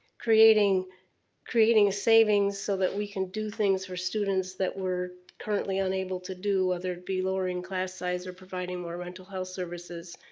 creating creating a savings so that we can do things for students that we're currently unable to do. whether it be lowering class size or providing more rental house services.